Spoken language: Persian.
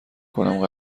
کنم